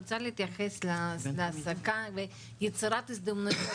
אני רוצה להתייחס להעסקה ויצירת הזדמנויות